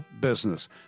business